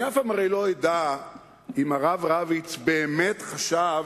הרי אף פעם אני לא אדע אם הרב רביץ באמת חשב